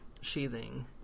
sheathing